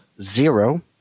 zero